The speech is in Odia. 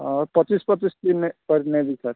ହଁ ପଚିଶ୍ ପଚିଶ୍ ଦିନେ କରି ନେବି ସାର୍